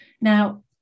now